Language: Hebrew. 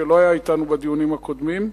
שלא היה אתנו בדיונים הקודמים,